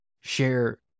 share